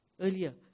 earlier